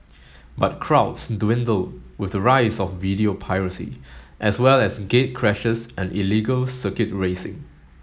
but crowds dwindled with the rise of video piracy as well as gatecrashers and illegal circuit racing